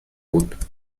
بود